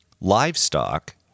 livestock